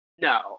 No